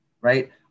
right